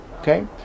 Okay